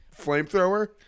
flamethrower